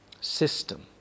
system